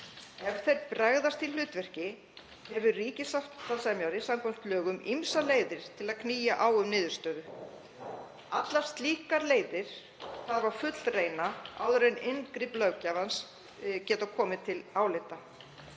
Ef þeir bregðast því hlutverki hefur ríkissáttasemjari samkvæmt lögum ýmsar leiðir til að knýja á um niðurstöðu. Allar slíkar leiðir þarf að fullreyna áður en inngrip löggjafans geta komið til álita.